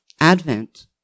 Advent